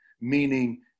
meaning